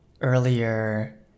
earlier